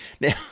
now